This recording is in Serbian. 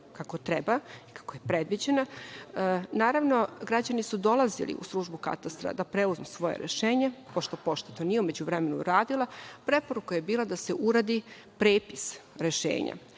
kako treba i kako je predviđeno, naravno, građani su dolazili u službu katastra da preuzmu svoje rešenje, pošto pošta to nije u međuvremenu uradila, preporuka je bila da se uradi prepis rešenja.